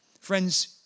Friends